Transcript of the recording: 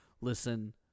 listen